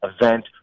event